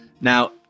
Now